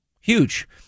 Huge